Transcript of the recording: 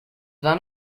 one